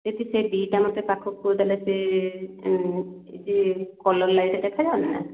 ଦିଦି ସେ ଦୁଇଟା ମୋତେ ପାଖକୁ ଦେଲେ ସେ ଯେ କଲର ଲାଇଟ୍ ଦେଖାଯାଉନି ନା